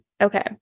Okay